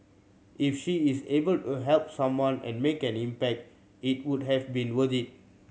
if she is able to help someone and make an impact it would have been worth it